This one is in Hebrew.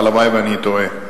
הלוואי שאני טועה.